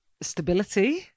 stability